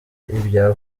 ibya